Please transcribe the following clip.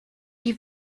die